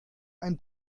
ein